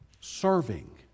serving